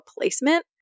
placement